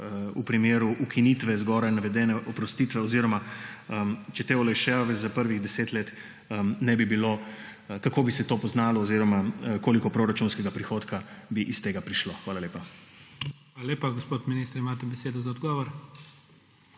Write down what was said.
v primeru ukinitve zgoraj navedene oprostitve? Oziroma če te olajšave za prvih 10 let ne bi bilo: Kako bi se to poznalo oziroma koliko proračunskega prihodka bi iz tega prišlo? Hvala lepa. **PREDSEDNIK IGOR ZORČIČ:** Hvala lepa. Gospod minister, imate besedo za odgovor.